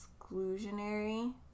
exclusionary